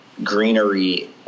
greenery